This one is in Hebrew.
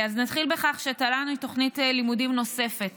נתחיל בכך שתל"ן היא תוכנית לימודים נוספת